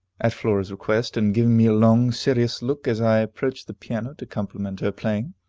at flora's request, and giving me a long, serious look as i approached the piano to compliment her playing.